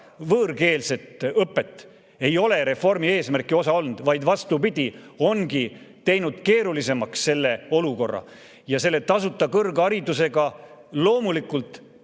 võõrkeelset õpet, ei ole reformi eesmärk ja osa olnud, vaid vastupidi, ongi teinud keerulisemaks selle olukorra. Selle tasuta eestikeelse kõrgharidusega loomulikult